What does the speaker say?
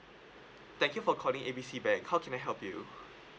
thank you for calling A B C bank how can I help you